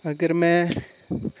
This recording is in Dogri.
अगर मैं